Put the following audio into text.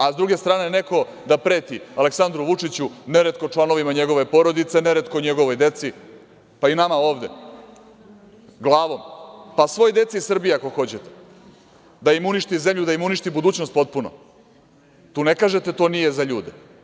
A s druge strane neko da preti Aleksandru Vučiću, neretko članovima njegove porodice, neretko njegovoj deci, pa i nama ovde, glavom, pa i svoj deci Srbije, ako hoćete, da im uništi zemlju, da im uništi budućnost potpuno, tu ne kažete da to nije za ljude.